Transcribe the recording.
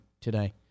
today